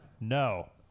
No